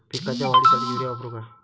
पिकाच्या वाढीसाठी युरिया वापरू का?